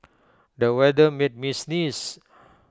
the weather made me sneeze